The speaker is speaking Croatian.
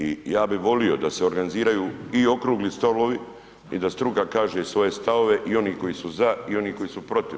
I ja bih volio da se organiziraju i okrugli stolovi i da struka kaže svoje stavove i onih koji su za i oni koji su protiv.